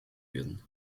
werden